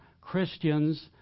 Christians